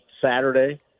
Saturday